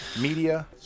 Media